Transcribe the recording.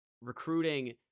recruiting